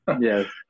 yes